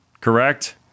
correct